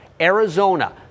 Arizona